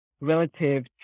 relative